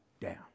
down